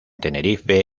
tenerife